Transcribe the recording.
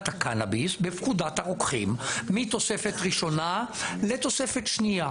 הקנאביס בפקודת הרוקחים מתוספת ראשונה לתוספת שנייה.